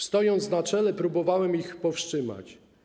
Stojąc na czele, próbowałem ich powstrzymać.